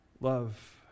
Love